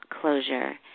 closure